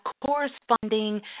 corresponding